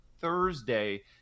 Thursday